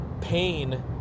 pain